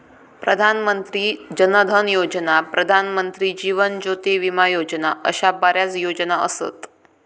प्रधान मंत्री जन धन योजना, प्रधानमंत्री जीवन ज्योती विमा योजना अशा बऱ्याच योजना असत